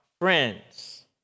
friends